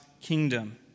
kingdom